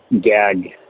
gag